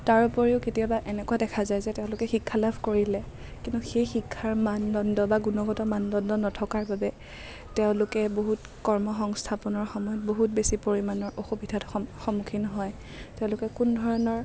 তাৰ উপৰিও কেতিয়াবা এনেকুৱা দেখা যায় যে তেওঁলোকে শিক্ষা লাভ কৰিলে কিন্তু সেই শিক্ষাৰ মানদণ্ড বা গুণগত মানদণ্ড নথকাৰ বাবে তেওঁলোকে বহুত কৰ্মসংস্থাপনৰ সময়ত বহুত বেছি পৰিমাণৰ অসুবিধাত সম সন্মুখীন হয় তেওঁলোকে কোনো ধৰণৰ